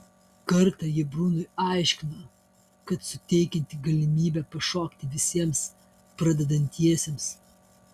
kartą ji brunui aiškino kad suteikianti galimybę pašokti visiems pradedantiesiems